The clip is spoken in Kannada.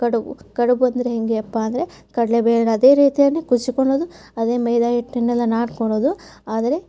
ಕಡಬು ಕಡಬು ಅಂದರೆ ಹೇಗೆಯಪ್ಪಾ ಅಂದರೆ ಕಡಲೆ ಬೇಳೆ ಅದೇ ರೀತಿಯನ್ನೇ ಕುದಿಸ್ಕೊಳ್ಳೋದು ಅದೇ ಮೈದಾ ಹಿಟ್ಟನ್ನೆಲ್ಲ ನಾದ್ಕೊಳ್ಳೋದು ಆದರೆ